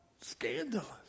scandalous